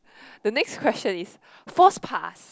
the next question is false past